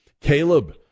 Caleb